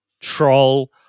troll